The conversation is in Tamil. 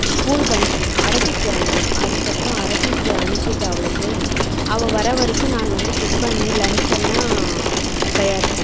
ஸ்கூலுக்கு அனுப்பணும் அரபிக்கு அனுப்பணும் அதுக்கப்புறம் அரபிக்கு அனுப்பிட்டு அவளுக்கு அவ வர வரைக்கும் நான் வந்து டிஃபன்னு லஞ்ச் எல்லா தயாரிப்பேன்